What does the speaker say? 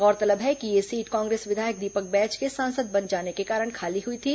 गौरतलब है कि यह सीट कांग्रेस विधायक दीपक बैज के सांसद बन जाने के कारण खाली हुई थी